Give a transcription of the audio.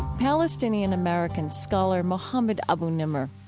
palestinian-american scholar mohammed abu-nimer